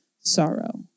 sorrow